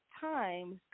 times